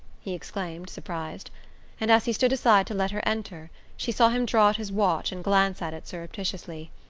he exclaimed, surprised and as he stood aside to let her enter she saw him draw out his watch and glance at it surreptitiously.